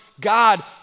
God